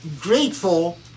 grateful